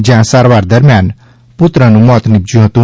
જયાં સારવાર દરમિયાન પુત્રનું મોત નિપજયું હતું